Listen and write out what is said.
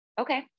Okay